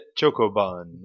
Chocobun